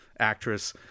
actress